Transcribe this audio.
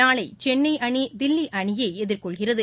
நாளை சென்னை அணி தில்லி அணியை எதிர்கொள்கிறது